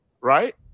right